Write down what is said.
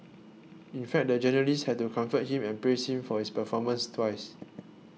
in fact the journalist had to comfort him and praise him for his performance twice